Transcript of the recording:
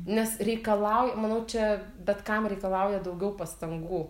nes reikalauj manau čia bet kam reikalauja daugiau pastangų